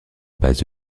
base